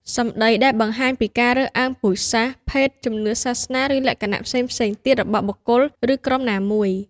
សម្ដីដែលបង្ហាញពីការរើសអើងពូជសាសន៍ ភេទ ជំនឿសាសនា ឬលក្ខណៈផ្សេងៗទៀតរបស់បុគ្គល ឬក្រុមណាមួយ។